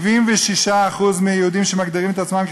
ויש לך אותם,